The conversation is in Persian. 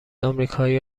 آمریکایی